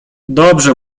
dobrze